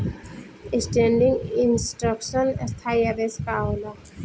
Standing instruction स्थाई आदेश का होला?